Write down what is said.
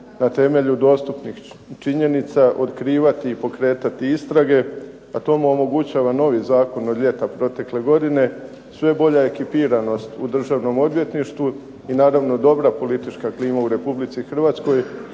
na temelju dostupnih činjenica otkrivati i pokretati istrage a to mu omogućava novi zakon od ljeta protekle godine. Sve je bolja ekipiranost u Državnom odvjetništvu i naravno dobra politička klima u Republici Hrvatskoj